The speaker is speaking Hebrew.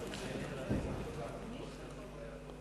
סעיף 1, כהצעת הוועדה, נתקבל.